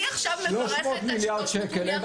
300 מיליארד שקל.